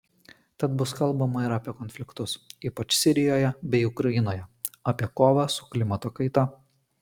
tad bus kalbama ir apie konfliktus ypač sirijoje bei ukrainoje apie kovą su klimato kaita